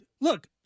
look